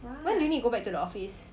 when do you need go back to the office